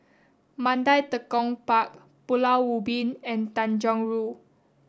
Mandai Tekong Park Pulau Ubin and Tanjong Rhu